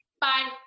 Bye